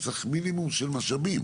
צריך מינימום של משאבים.